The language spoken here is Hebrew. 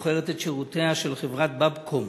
שוכרת את שירותיה של חברת "באבקום",